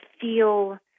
feel